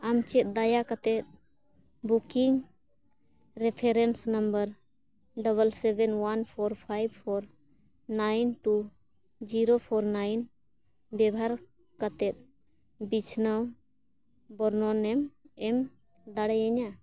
ᱟᱢ ᱪᱮᱫ ᱫᱟᱭᱟ ᱠᱟᱛᱮᱫ booking reference number double seven one four five four nine two zero four nine ᱵᱮᱵᱷᱟᱨ ᱠᱟᱛᱮᱫ ᱵᱤᱪᱷᱱᱟᱹᱣ ᱵᱚᱨᱱᱚᱱᱮᱢ ᱮᱢ ᱫᱟᱲᱮᱭᱤᱧᱟᱹ